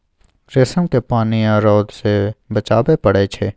रेशम केँ पानि आ रौद सँ बचाबय पड़इ छै